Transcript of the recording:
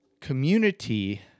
community